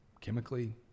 chemically